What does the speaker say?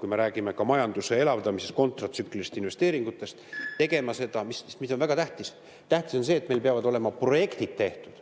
kui me räägime majanduse elavdamisest, kontratsüklilistest investeeringutest, tegema seda, mis on väga tähtis. Tähtis on see, et meil peavad olema projektid tehtud.